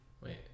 Wait